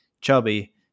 chubby